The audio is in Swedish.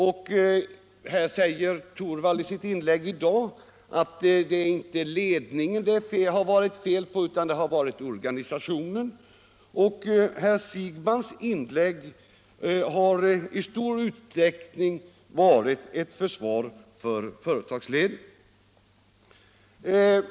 I sitt anförande här i dag sade herr Torwald att det inte har varit fel på ledningen utan på organisationen. Även herr Siegbahns inlägg har i stor utsträckning varit ett försvar för företagsledningen.